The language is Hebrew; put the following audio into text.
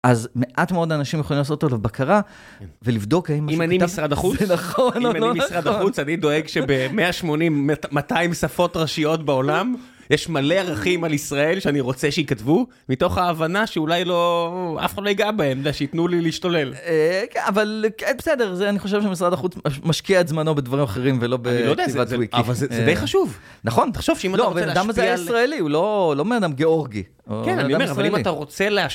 אז מעט מאוד אנשים יכולים לעשות עליו לבקרה ולבדוק האם משהו כתב. אם אני משרד החוץ, אני דואג שב-180, 200 שפות ראשיות בעולם, יש מלא ערכים על ישראל שאני רוצה שייכתבו, מתוך ההבנה שאולי לא, אף אחד לא ייגע בהם, שייתנו לי להשתולל. אבל בסדר, אני חושב שמשרד החוץ משקיע את זמנו בדברים אחרים ולא בכתיבת וויקי. אבל זה די חשוב. נכון, אתה חושב שאם אתה רוצה להשפיע על... לא, אבל אדם הזה ישראלי, הוא לא מאדם גיאורגי. כן, אני אומר, אבל אם אתה רוצה להשפיע...